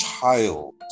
child